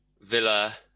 Villa